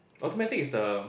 automatic is the